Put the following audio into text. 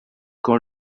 quand